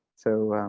so